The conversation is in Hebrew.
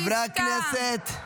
--- חברי הכנסת,